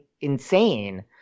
insane